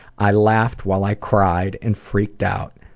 i laughed while i cried and freaked out.